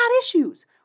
issues